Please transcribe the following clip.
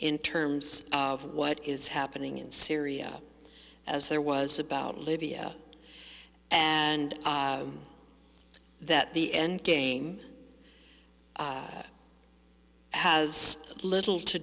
in terms of what is happening in syria as there was about libya and that the end game has little to